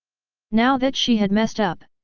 now that she had messed up,